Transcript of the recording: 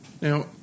Now